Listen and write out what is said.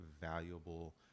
valuable